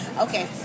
Okay